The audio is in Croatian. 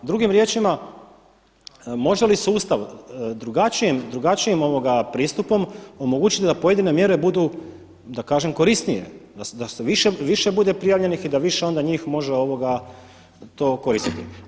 Drugim riječima, može li sustav drugačijim pristupom omogućiti da pojedine mjere budu da kažem korisnije da više bude prijavljenih i da više onda njih može to koristiti.